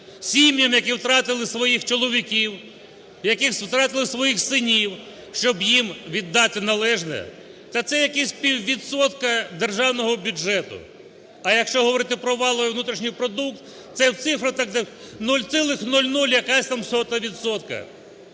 сім'ям, які втратили своїх чоловіків, які втратили своїх синів, щоб їм віддати належне, та це якийсь піввідсотка державного бюджету. А якщо говорити про валовий внутрішній продукт, це в цифрах 0,00 якась там сота відсотка.